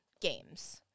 games